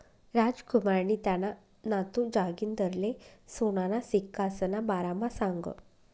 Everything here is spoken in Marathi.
रामकुमारनी त्याना नातू जागिंदरले सोनाना सिक्कासना बारामा सांगं